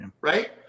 right